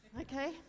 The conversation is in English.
Okay